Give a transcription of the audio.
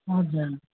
हजुर